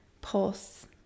pulse